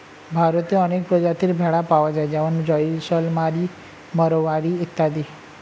ভারতে অনেক প্রজাতির ভেড়া পাওয়া যায় যেমন জয়সলমিরি, মারোয়ারি ইত্যাদি